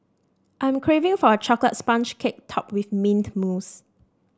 I am craving for a chocolate sponge cake topped with mint mousse